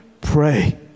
pray